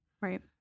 right